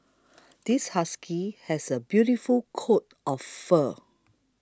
this husky has a beautiful coat of fur